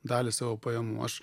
dalį savo pajamų aš